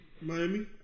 Miami